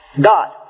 God